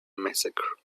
massacre